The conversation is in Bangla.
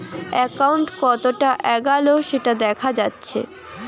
একাউন্ট কতোটা এগাল সেটা দেখা যাচ্ছে